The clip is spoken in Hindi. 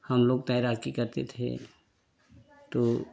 हम लोग तैराकी करते थे तो